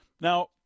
Now